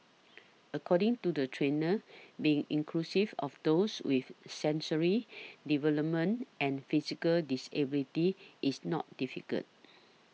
according to the trainers being inclusive of those with sensory development and physical disabilities is not difficult